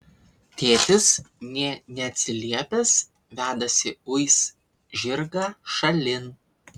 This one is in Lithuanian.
tėtis nė neatsiliepęs vedasi uis žirgą šalin